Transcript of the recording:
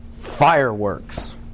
fireworks